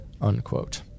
Unquote